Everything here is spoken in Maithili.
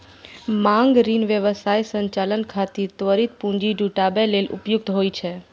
मांग ऋण व्यवसाय संचालन खातिर त्वरित पूंजी जुटाबै लेल उपयुक्त होइ छै